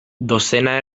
dozena